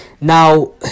Now